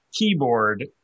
keyboard